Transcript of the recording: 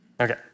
Okay